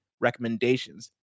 recommendations